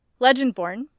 Legendborn